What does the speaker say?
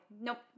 Nope